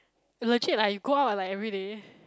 legit lah you go out like everyday